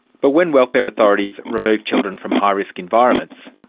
but when welfare authorities remove children from high risk environments,